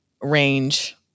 range